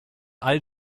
all